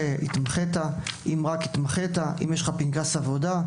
והתמחית; אם רק התמחית; אם יש לך פנקס עבודה.